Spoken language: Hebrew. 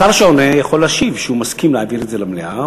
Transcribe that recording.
השר שעונה יכול להשיב שהוא מסכים להעביר את זה למליאה,